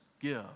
give